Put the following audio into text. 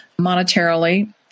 monetarily